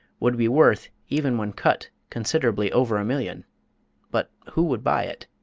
would be worth, even when cut, considerably over a million but who would buy it?